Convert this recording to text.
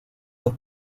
los